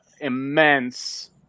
immense